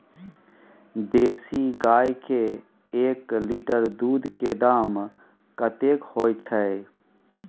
देसी गाय के एक लीटर दूध के दाम कतेक होय छै?